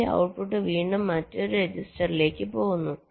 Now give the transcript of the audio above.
ഇതിന്റെ ഔട്ട്പുട്ട് വീണ്ടും മറ്റൊരു രജിസ്റ്ററിലേക്ക് പോകുന്നു